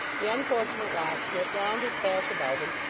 the unfortunate locksmith wound his sash about him,